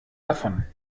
davon